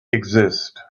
exist